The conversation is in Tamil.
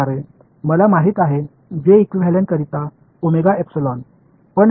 இதேபோல் j இகுவெளன்ட்க்கு எனக்கு ஒமேகா எப்சிலன் தெரியும்